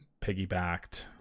piggybacked